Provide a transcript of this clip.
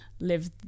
live